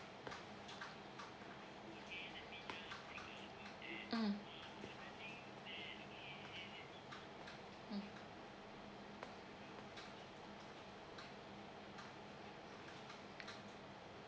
mm mm